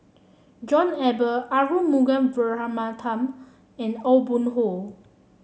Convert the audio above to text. John Eber Arumugam Vijiaratnam and Aw Boon Haw